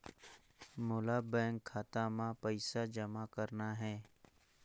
मोला बैंक खाता मां पइसा जमा करना हे?